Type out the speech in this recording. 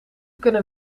kunnen